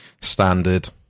standard